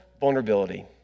Vulnerability